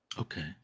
Okay